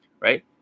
right